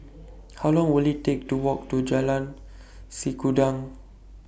How Long Will IT Take to Walk to Jalan Sikudangan